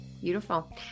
Beautiful